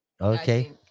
Okay